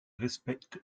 respecte